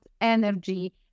energy